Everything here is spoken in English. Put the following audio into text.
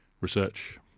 research